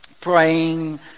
praying